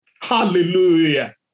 Hallelujah